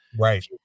right